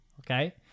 okay